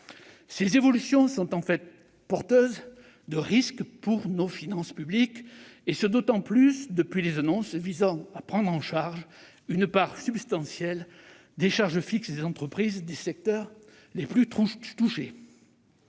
Ces évolutions sont, de fait, porteuses de risques pour nos finances publiques, et ce d'autant plus depuis les annonces visant à prendre en charge une part substantielle des charges fixes des entreprises des secteurs les plus touchés.